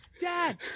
Dad